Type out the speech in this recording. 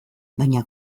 baina